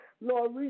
Lord